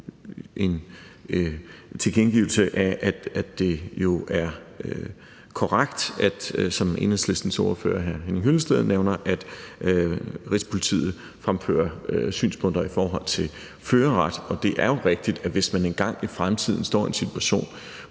tilkendegivelse af, at det jo er korrekt, som Enhedslistens ordfører, hr. Henning Hyllested, nævner, at Rigspolitiet fremfører synspunkter i forhold til førerret. Og det er jo rigtigt, at hvis man engang i fremtiden står i en situation,